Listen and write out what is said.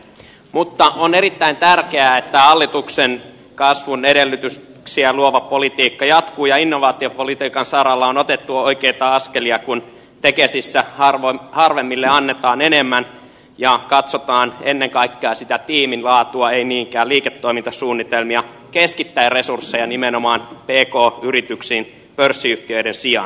mutta on erittäin tärkeää että hallituksen kasvun edellytyksiä luova politiikka jatkuu ja innovaatiopolitiikan saralla on otettu oikeita askelia kun tekesissä harvemmille annetaan enemmän ja katsotaan ennen kaikkea sitä tiimin laatua ei niinkään liiketoimintasuunnitelmia keskittäen resursseja nimenomaan pk yrityksiin pörssiyhtiöiden sijaan